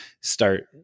start